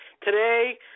Today